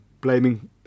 blaming